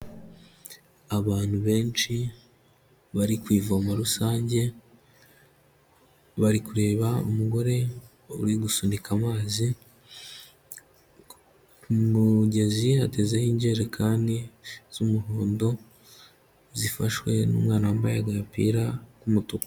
Abantu benshi bari ku ivomo rusange, bari kureba umugore uri gusunika amazi, ku mugezi hatezeho ijerekani z'umuhondo zifashwe n'umwana wambaye agapira k'umutuku.